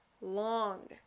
long